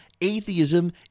atheism